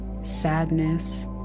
sadness